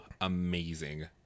amazing